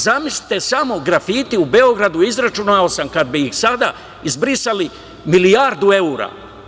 Zamislite samo grafiti u Beogradu, izračunao sam, kada bi ih sada izbrisali, milijardu evra.